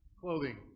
clothing